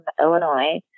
Illinois